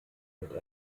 mit